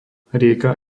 rieka